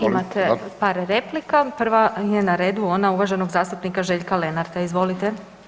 Imate par replika, prva je na redu ona uvaženog zastupnika Željka Lenarta, izvolite.